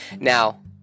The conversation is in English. Now